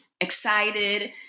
excited